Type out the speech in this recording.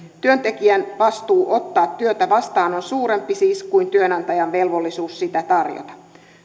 työntekijän vastuu ottaa työtä vastaan on siis suurempi kuin työnantajan velvollisuus sitä tarjota